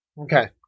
Okay